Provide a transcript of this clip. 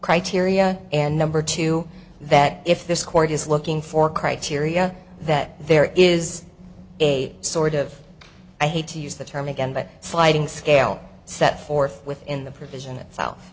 criteria and number two that if this court is looking for criteria that there is a sort of i hate to use the term again but sliding scale set forth within the provision itself